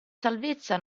salvezza